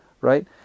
right